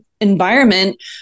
environment